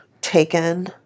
taken